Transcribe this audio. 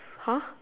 !huh!